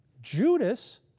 Judas